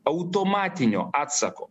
automatinio atsako